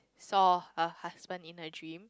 saw her husband in her dream